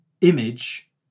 image